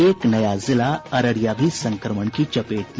एक जिला अररिया भी संक्रमण की चपेट में